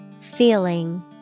Feeling